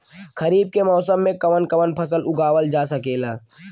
खरीफ के मौसम मे कवन कवन फसल उगावल जा सकेला?